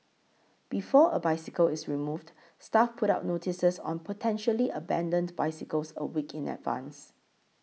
before a bicycle is removed staff put up notices on potentially abandoned bicycles a week in advance